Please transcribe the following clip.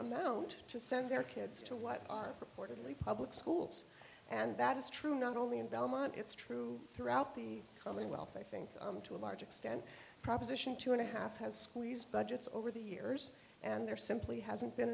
amount to send their kids to what are reportedly public schools and that is true not only in belmont it's true throughout the commonwealth i think to a large extent proposition two and a half has squeezed budgets over the years and there simply hasn't been